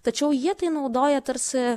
tačiau jie tai naudoja tarsi